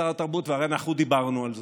שר התרבות, והרי אנחנו דיברנו על זה,